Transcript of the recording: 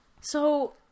So-